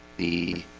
the